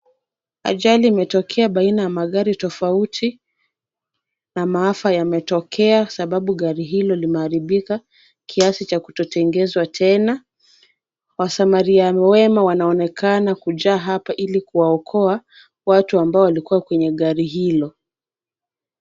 Ajali imetokea baina ya magari tofauti , na maafa yametokea sababu gari hilo limeharibika ,kiasi cha kutotengezwa tena ,wasamaria wema wanaonekana kujaa hapa ili kuwaokoa watu ambao walikua kwenye gari hilo.